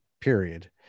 Period